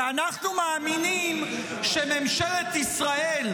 כי אנחנו מאמינים שממשלת ישראל,